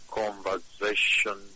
conversation